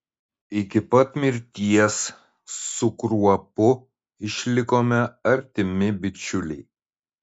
iki pat mirties su kruopu išlikome artimi bičiuliai